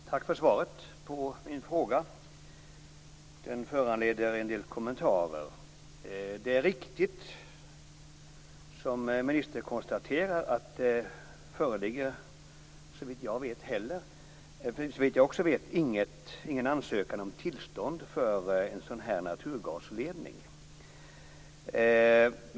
Fru talman! Tack för svaret på min fråga! Det föranleder en del kommentarer. Det är riktigt, som ministern konstaterar, att det inte föreligger, såvitt jag vet, någon ansökan om tillstånd för en sådan här naturgasledning.